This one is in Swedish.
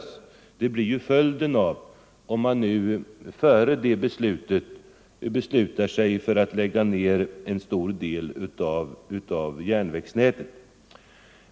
Ett sådant ställningstagande blir ju nödvändigt, om man före det beslutet bestämmer sig för att lägga ner en stor del av järnvägsnätet.